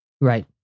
Right